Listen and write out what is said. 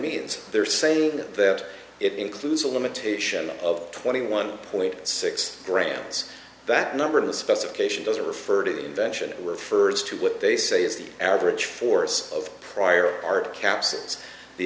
means they're saying that it includes a limitation of twenty one point six grams that number in the specification doesn't refer to the invention it refers to what they say is the average force of prior art capsules the